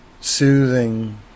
soothing